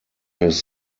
his